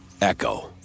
Echo